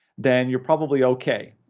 then you're probably okay.